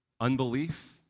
unbelief